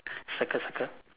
circle circle